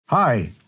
Hi